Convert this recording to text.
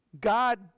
God